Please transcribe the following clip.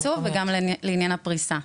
לעניין התקצוב ולעניין הפריסה.